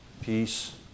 Peace